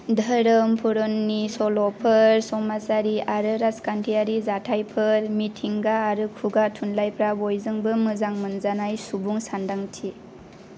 धोरोम पुराणनि सल'फोर समाजारि आरो राजखान्थियारि जाथायफोर मिथिंगा आरो खुगा थुनलाइफ्रा बयजोंबो मोजां मोनजानाय सुबुं सानदांथि